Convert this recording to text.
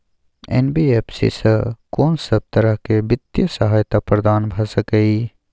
NBFC स कोन सब तरह के वित्तीय सहायता प्रदान भ सके इ? इ